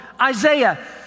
Isaiah